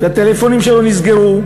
והטלפונים שלו נסגרו.